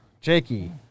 Jakey